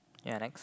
ya next